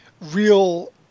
real